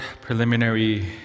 preliminary